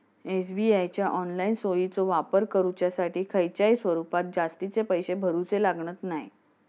SBI च्या online सोयीचो वापर करुच्यासाठी खयच्याय स्वरूपात जास्तीचे पैशे भरूचे लागणत नाय